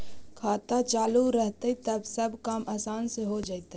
खाता चालु रहतैय तब सब काम आसान से हो जैतैय?